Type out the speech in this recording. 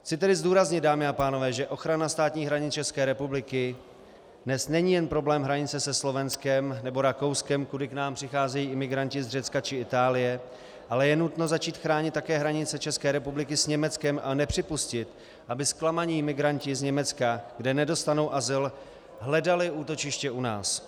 Chci tedy zdůraznit, dámy a pánové, že ochrana státních hranic České republiky dnes není jen problém hranice se Slovenskem nebo Rakouskem, kudy k nám přicházejí imigranti z Řecka či Itálie, ale je nutno začít chránit také hranice České republiky s Německem a nepřipustit, aby zklamaní migranti z Německá, kde nedostanou azyl, hledali útočiště u nás.